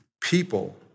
people